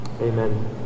amen